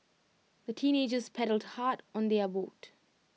the teenagers paddled hard on their boat